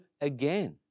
again